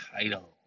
title